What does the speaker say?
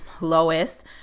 Lois